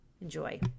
Enjoy